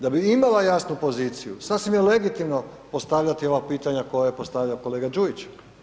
Da bi imala jasnu poziciju, sasvim je legitimno postavljati ova pitanja koje je postavio kolega Đujić.